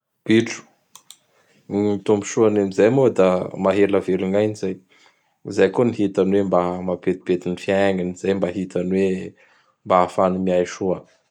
Bitro! Gny tombosoany amin'izay moa da maha ela velo gn ainy zay. Izay koa gny hitany hoe mba mahapetipety gny fiagnany. Zay mba hitany hoe mba ahafahany miay soa.